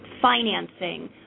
financing